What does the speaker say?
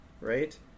right